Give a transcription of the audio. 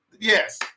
Yes